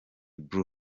blu